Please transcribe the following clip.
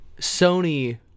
Sony